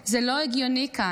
זה לא הגיוני כאן.